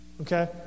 Okay